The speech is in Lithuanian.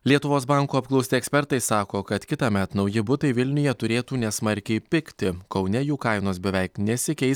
lietuvos banko apklausti ekspertai sako kad kitąmet nauji butai vilniuje turėtų nesmarkiai pigti kaune jų kainos beveik nesikeis